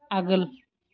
आगोल